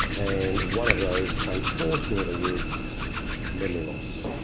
and one of those unfortunately is memory loss.